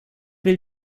will